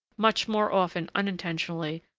much more often unintentionally,